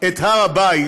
את הר הבית